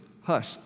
hush